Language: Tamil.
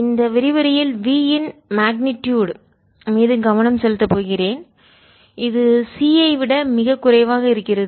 இந்த விரிவுரையில் v இன் மக்னிடுயூட் அளவின் மீது கவனம் செலுத்தப் போகிறேன் இது c ஐ விட மிகக் குறைவாக இருக்கிறது